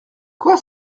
quoi